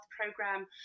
program